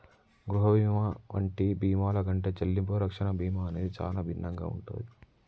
గృహ బీమా వంటి బీమాల కంటే చెల్లింపు రక్షణ బీమా అనేది చానా భిన్నంగా ఉంటాది